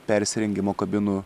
persirengimo kabinų